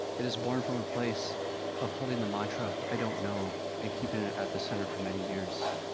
it is born from a place of holding the mantra, i don't know, and keeping it at the center for many years.